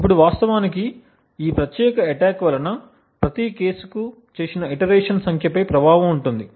ఇప్పుడు వాస్తవానికి ఈ ప్రత్యేక అటాక్ వలన ప్రతి కేసుకు చేసిన ఇటరేషన్ సంఖ్యపై ప్రభావం ఉంటుంది